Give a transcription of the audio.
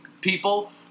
people